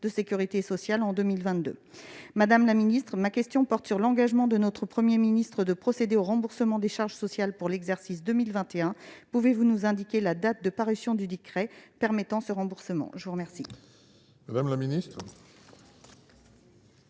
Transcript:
la sécurité sociale pour 2022. Madame la ministre, ma question porte sur l'engagement pris par le Premier ministre de procéder au remboursement des charges sociales pour l'exercice 2021. Pouvez-vous nous indiquer la date de parution du décret permettant ce remboursement ? La parole